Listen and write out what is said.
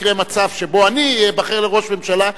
יקרה מצב שבו אני אבחר לראש ממשלה,